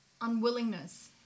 unwillingness